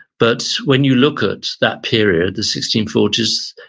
but when you look at that period, the sixteen forty s,